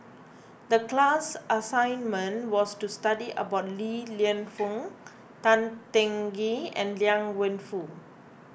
the class assignment was to study about Li Lienfung Tan Teng Kee and Liang Wenfu